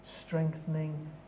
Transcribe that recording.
Strengthening